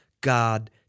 God